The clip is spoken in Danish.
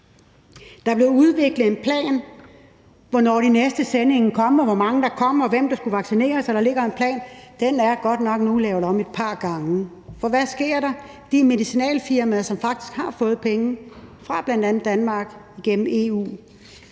Der blev udviklet en plan for, hvornår de næste sendinger ville komme, hvor meget der ville komme, hvem der skulle vaccineres. Den plan er nu godt nok lavet om et par gange, for hvad skete og sker der? De medicinalfirmaer, som faktisk har fået penge fra bl.a. Danmark gennem EU,